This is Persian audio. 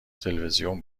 تلویزیون